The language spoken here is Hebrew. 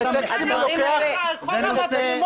חוק המצלמות.